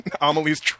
Amelie's